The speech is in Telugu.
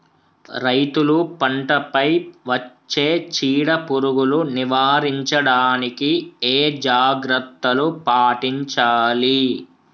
రైతులు పంట పై వచ్చే చీడ పురుగులు నివారించడానికి ఏ జాగ్రత్తలు పాటించాలి?